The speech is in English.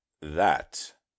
That